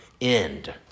end